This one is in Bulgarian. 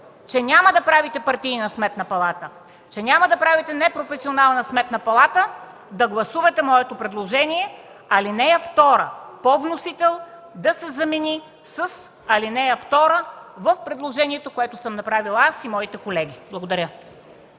че няма да правите партийна Сметна палата, че няма да правите непрофесионална Сметна палата, да гласувате моето предложение – ал. 2 по вносител да се замени с ал. 2 в предложението, което съм направила аз и моите колеги. Благодаря.